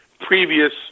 previous